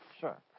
Sure